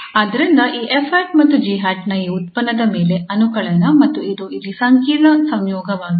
ಆದ್ದರಿಂದ ಈ 𝑓̂ ಮತ್ತು 𝑔̂ ನ ಈ ಉತ್ಪನ್ನದ ಮೇಲೆ ಅನುಕಲನ ಮತ್ತು ಇದು ಇಲ್ಲಿ ಸಂಕೀರ್ಣ ಸಂಯೋಗವಾಗಿದೆ